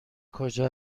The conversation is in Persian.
کجا